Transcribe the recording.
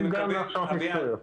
השאיפה זה לעשות כמה שיותר כאלה,